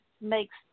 makes